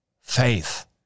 Faith